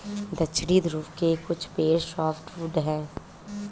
दक्षिणी ध्रुव के कुछ पेड़ सॉफ्टवुड हैं